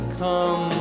come